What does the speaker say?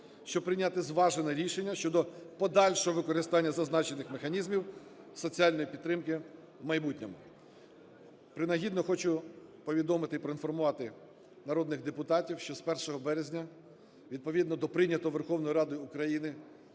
щоб прийняти зважене рішення щодо подальшого використання зазначених механізмів соціальної підтримки в майбутньому. Принагідно хочу повідомити і проінформувати народних депутатів, що з 1 березня відповідно до прийнятого Верховною Радою України